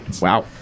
Wow